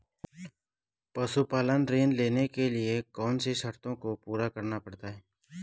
पशुपालन ऋण लेने के लिए कौन सी शर्तों को पूरा करना पड़ता है?